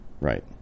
Right